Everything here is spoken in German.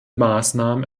maßnahmen